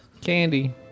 Candy